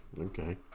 Okay